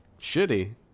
Shitty